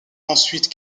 ensuite